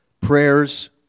prayers